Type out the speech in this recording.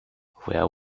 where